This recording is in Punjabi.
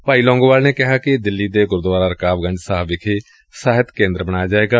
ਭਾਈ ਲੌਂਗੋਵਾਲ ਨੇ ਕਿਹਾ ਕਿ ਦਿੱਲੀ ਦੇ ਗੁਰਦੁਆਰਾ ਕਰਾਬ ਗੰਜ ਸਾਹਿਬ ਵਿਖੇ ਸਾਹਿਤ ਕੇਂਦਰ ਬਣਾਇਆ ਜਾਵੇਗਾ